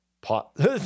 pot